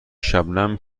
شبنم